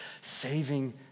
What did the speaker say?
saving